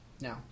No